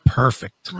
perfect